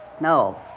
No